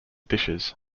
dishes